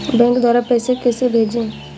Bank द्वारा पैसे कैसे भेजें?